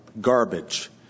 garbage